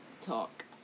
Talk